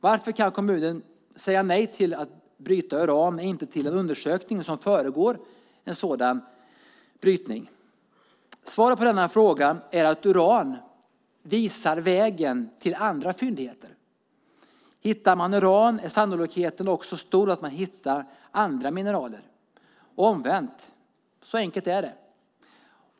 Varför kan kommunen säga nej till att bryta uran men inte till en undersökning som föregår en sådan brytning? Svaret på denna fråga är att uran visar vägen till andra fyndigheter. Hittar man uran är sannolikheten stor att man hittar andra mineraler och omvänt. Så enkelt är det.